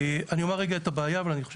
אני אומר רגע את הבעיה אבל אני חושב